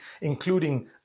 including